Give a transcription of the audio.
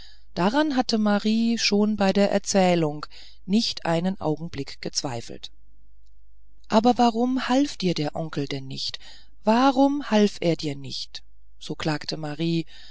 daran hatte marie schon bei der erzählung nicht einen augenblick gezweifelt aber warum half dir der onkel denn nicht warum half er dir nicht so klagte marie